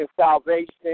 salvation